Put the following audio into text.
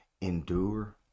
endure